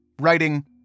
writing